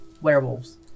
werewolves